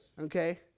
okay